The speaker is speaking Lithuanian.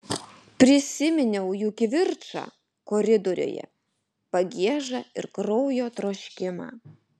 prisiminiau jų kivirčą koridoriuje pagiežą ir kraujo troškimą